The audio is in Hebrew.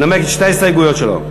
ינמק את שתי ההסתייגויות שלו.